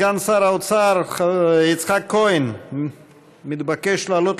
סגן שר האוצר יצחק כהן מתבקש לעלות